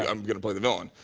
i'm gonna play the villain.